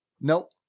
Nope